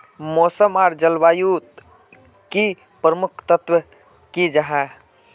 मौसम आर जलवायु युत की प्रमुख तत्व की जाहा?